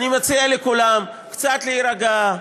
אני מציע לכולם קצת להירגע,